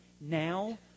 Now